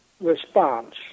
response